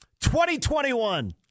2021